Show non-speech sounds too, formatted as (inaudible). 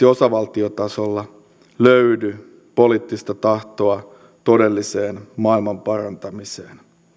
(unintelligible) osavaltiotasolla löydy poliittista tahtoa todelliseen maailman parantamiseen